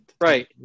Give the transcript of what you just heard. Right